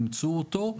הם אימצו אותו,